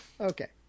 Okay